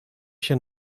się